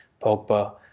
Pogba